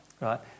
Right